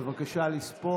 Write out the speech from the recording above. בבקשה לספור.